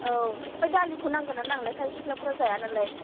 औ बे दालिखौ नांगोन ना नांलाथाय सिख्लाफ्रा जाया नालाय